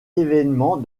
événement